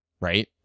right